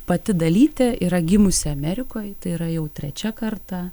pati dalytė yra gimusi amerikoj tai yra jau trečia karta